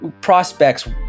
prospects